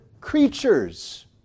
creatures